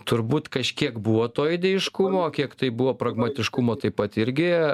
turbūt kažkiek buvo to idėjiškumo kiek tai buvo pragmatiškumo taip pat irgi